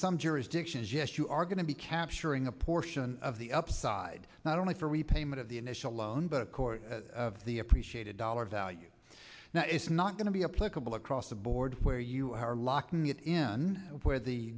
some jurisdictions yes you are going to be capturing a portion of the upside not only for repayment of the initial loan but a quarter of the appreciated dollar value now it's not going to be a political across the board where you are locking it in where the